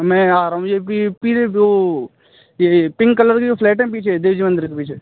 मैं आ रहा हूँ ये ये पिंक कलर के जो फ्लैट हैं पीछे देवी मंदिर के पीछे